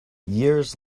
years